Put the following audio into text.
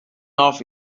off